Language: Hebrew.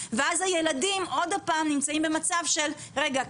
בדיעבד ואז הילדים עוד הפעם נמצאים במצב של "רגע,